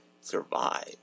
survive